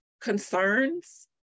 concerns